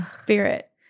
spirit